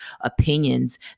opinions